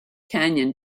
kanyon